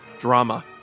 Drama